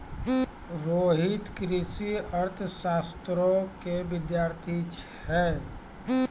रोहित कृषि अर्थशास्त्रो के विद्यार्थी छै